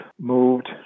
moved